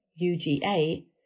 UGA